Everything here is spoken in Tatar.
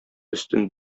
өстен